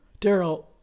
Daryl